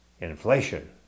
inflation